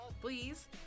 please